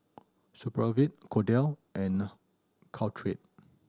Supravit Kordel' and Caltrate